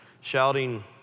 shouting